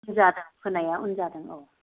जादों फोनाया उन जादों औ